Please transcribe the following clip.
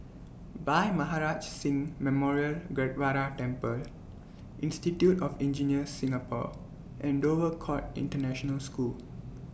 Bhai Maharaj Singh Memorial Gurdwara Temple Institute of Engineers Singapore and Dover Court International School